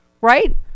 right